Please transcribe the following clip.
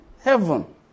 Heaven